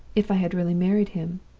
if i had really married him.